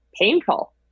painful